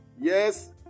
Yes